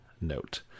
note